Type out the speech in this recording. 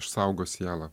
išsaugo sielą